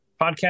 podcast